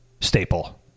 staple